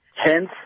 Hence